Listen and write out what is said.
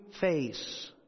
face